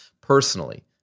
personally